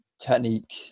technique